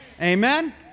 Amen